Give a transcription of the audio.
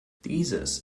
dieses